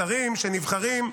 השרים שנבחרים,